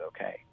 okay